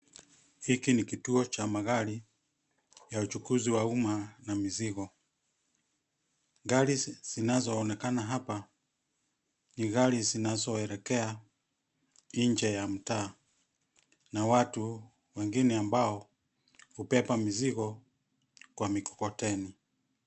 Hiki ni kituo cha magari, ya uchukuzi wa umma na mizigo, gari, zinazoonekana hapa, ni gari zinazoelekea, inje ya mtaa, na watu, wengine ambao, hubeba mizigo, kwa mikokoteni.